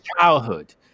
childhood